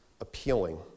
appealing